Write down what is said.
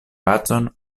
pacon